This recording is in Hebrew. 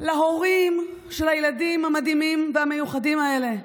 להורים של הילדים המדהימים והמיוחדים האלה.